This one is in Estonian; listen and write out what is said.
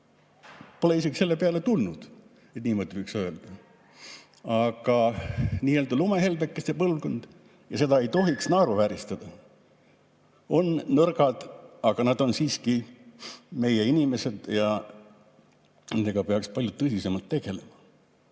Pole isegi selle peale tulnud, et niimoodi võiks öelda. Aga nii-öelda lumehelbekeste põlvkond – ja seda ei tohiks naeruvääristada – on nõrgad, kuid nad on siiski meie inimesed ja nendega peaks palju tõsisemalt tegelema.